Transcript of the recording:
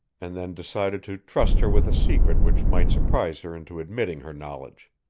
and then decided to trust her with a secret which might surprise her into admitting her knowledge.